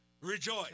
rejoice